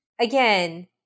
again